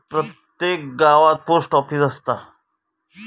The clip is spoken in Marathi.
प्रत्येक गावात पोस्ट ऑफीस असता